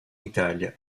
italia